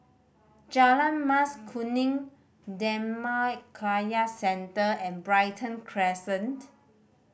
Jalan Mas Kuning Dhammakaya Centre and Brighton Crescent